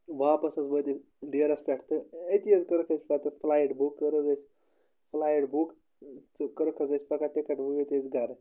واپَس حظ وٲتۍ ڈیرَس پٮ۪ٹھ تہٕ أتی حظ کٔرٕکھ اَسہِ پَتہٕ فٕلایِٹ بُک کٔر حظ اَسہِ فٕلایِٹ بُک تہٕ کٔرٕکھ حظ اَسہِ پگاہ ٹِکَٹ وٲتۍ أسۍ گَرٕ